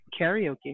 karaoke